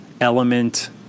Element